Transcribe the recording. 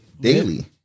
daily